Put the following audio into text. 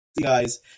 guys